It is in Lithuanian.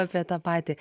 apie tą patį